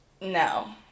No